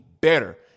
better